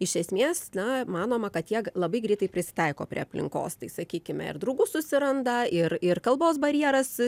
iš esmės na manoma kad jie labai greitai prisitaiko prie aplinkos tai sakykime ir draugų susiranda ir ir kalbos barjeras